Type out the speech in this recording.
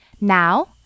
Now